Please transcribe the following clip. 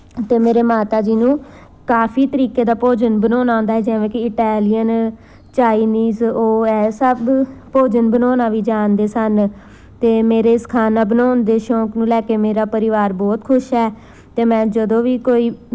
ਅਤੇ ਮੇਰੇ ਮਾਤਾ ਜੀ ਨੂੰ ਕਾਫੀ ਤਰੀਕੇ ਦਾ ਭੋਜਨ ਬਣਾਉਣਾ ਆਉਂਦਾ ਹੈ ਜਿਵੇਂ ਕਿ ਇਟਾਲੀਅਨ ਚਾਈਨੀਜ਼ ਉਹ ਹੈ ਸਭ ਭੋਜਨ ਬਣਾਉਣਾ ਵੀ ਜਾਣਦੇ ਸਨ ਅਤੇ ਮੇਰੇ ਇਸ ਖਾਣਾ ਬਣਾਉਣ ਦੇ ਸ਼ੌਕ ਨੂੰ ਲੈ ਕੇ ਮੇਰਾ ਪਰਿਵਾਰ ਬਹੁਤ ਖੁਸ਼ ਹੈ ਅਤੇ ਮੈਂ ਜਦੋਂ ਵੀ ਕੋਈ